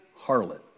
harlot